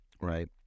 right